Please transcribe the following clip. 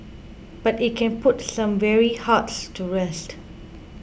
but it can put some weary hearts to rest